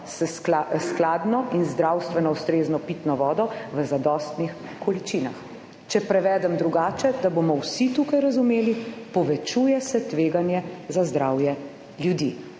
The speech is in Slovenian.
s skladno in zdravstveno ustrezno pitno vodo v zadostnih količinah«. Če prevedem drugače, da bomo vsi tukaj razumeli, povečuje se tveganje za zdravje ljudi.